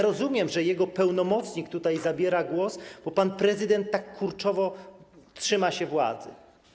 Rozumiem, że jego pełnomocnik zabiera tutaj głos, bo pan prezydent tak kurczowo trzyma się władzy.